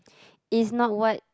is not what